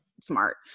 smart